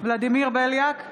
ולדימיר בליאק,